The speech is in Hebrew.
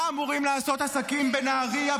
מה אמורים לעשות עסקים בנהרייה,